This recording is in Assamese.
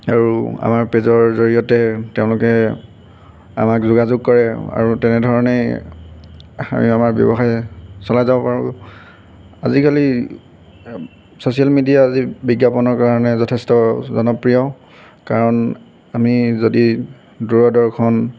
আৰু আমাৰ পেজৰ জৰিয়তে তেওঁলোকে আমাক যোগাযোগ কৰে আৰু তেনেধৰণেই আমি আমাৰ ব্যৱসায় চলাই যাব পাৰোঁ আজিকালি ছ'চিয়েল মেডিয়া যি বিজ্ঞাপনৰ কাৰণে যথেষ্ট জনপ্ৰিয় কাৰণ আমি যদি দূৰদৰ্শন